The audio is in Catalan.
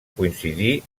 coincidir